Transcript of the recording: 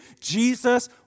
Jesus